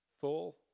full